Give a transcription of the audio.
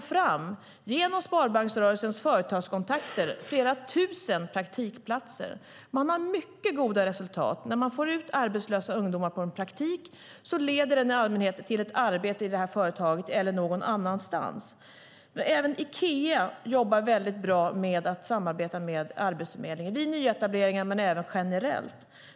Genom sparbanksrörelsens företagskontakter har man lyckats få fram flera tusen praktikplatser. Man har nått mycket goda resultat. När man får ut arbetslösa ungdomar på en praktikplats leder det i allmänhet till ett arbete i det här företaget eller någon annanstans. Även Ikea samarbetar mycket bra med Arbetsförmedlingen vid nyetableringar men även generellt.